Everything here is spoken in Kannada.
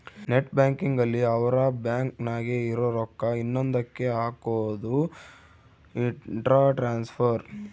ನೆಟ್ ಬ್ಯಾಂಕಿಂಗ್ ಅಲ್ಲಿ ಅವ್ರ ಬ್ಯಾಂಕ್ ನಾಗೇ ಇರೊ ರೊಕ್ಕ ಇನ್ನೊಂದ ಕ್ಕೆ ಹಕೋದು ಇಂಟ್ರ ಟ್ರಾನ್ಸ್ಫರ್